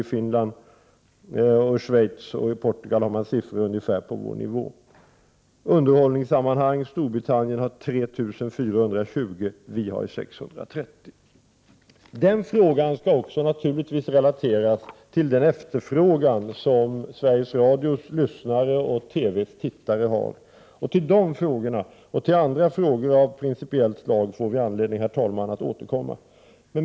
Och i Finland, Schweiz och Portugal har man ungefär lika många timmar som i Sverige. När det gäller underhållningsprogram har man i Storbritannien 3 420 timmar, och vi i Sverige har 630. Denna fråga skall naturligtvis sättas i relation till efterfrågan från Sveriges Radios lyssnare och TV:s tittare. Dessa frågor och andra frågor av principiellt slag får vi anledning, herr talman, att återkomma till.